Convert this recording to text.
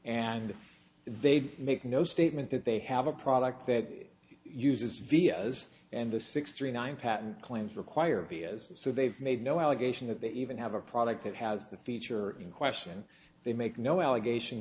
and they make no statement that they have a product that uses vias and the sixty nine patent claims require vias so they've made no allegation that they even have a product that has the feature in question they make no allegation